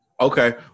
Okay